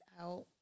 out